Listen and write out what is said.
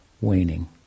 waning